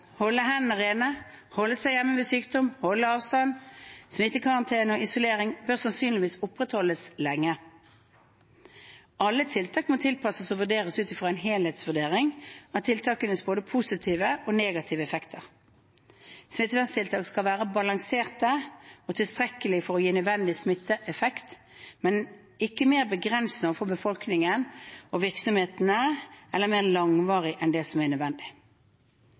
isolering bør sannsynligvis opprettholdes lenge. Alle tiltak må tilpasses og vurderes ut fra en helhetsvurdering av tiltakenes både positive og negative effekter. Smitteverntiltakene skal være balanserte og tilstrekkelige for å gi nødvendig smitteverneffekt, men ikke mer begrensende overfor befolkningen og virksomhetene eller mer langvarige enn det som er nødvendig.